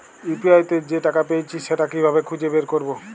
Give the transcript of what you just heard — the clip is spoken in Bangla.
ইউ.পি.আই তে যে টাকা পেয়েছি সেটা কিভাবে খুঁজে বের করবো?